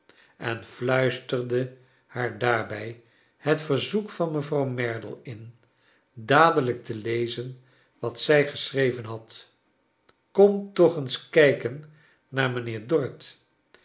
en fluisterde haar daarbij het verzoek van mevrouw merdle in dadelijk te lezen wat zij geschreven had kom toch eens kijken naar mijnheer dorrit